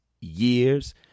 years